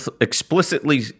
explicitly